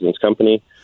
company